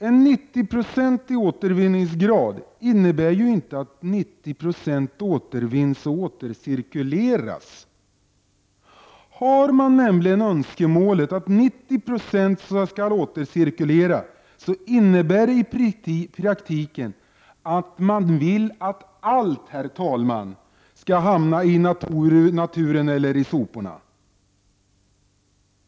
En 90-procentig återvinningsgrad innebär inte att 90 70 återvinns och återcirkuleras. Har man önskemålet att 9090 skall återcirkulera innebär det nämligen i praktiken att man vill att allt, herr talman, skall hamna i naturen eller i soporna.